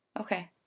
Okay